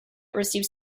receives